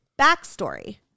Backstory